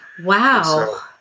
Wow